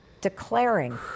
declaring